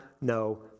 no